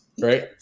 right